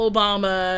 Obama